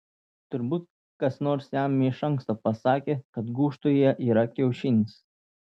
turbūt kas nors jam iš anksto pasakė kad gūžtoje yra kiaušinis